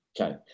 Okay